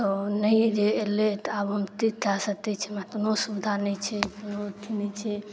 ओ नहि जे अएलै तऽ आब हम कि कऽ सकै छी हमरा कोनो सुविधा नहि छै कोनो चीजके